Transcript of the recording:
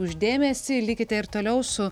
už dėmesį likite ir toliau su